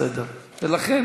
של אורן חזן, ובדיוק